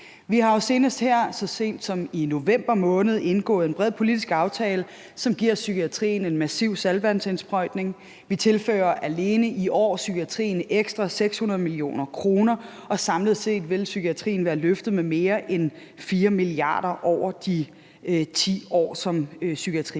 Vi har jo senest her så sent som i november måned indgået en bred politisk aftale, som giver psykiatrien en massiv saltvandsindsprøjtning. Vi tilfører alene i år psykiatrien ekstra 600 mio. kr., og samlet set vil psykiatrien være løftet med mere end 4 mia. kr. over de 10 år, som psykiatriplanen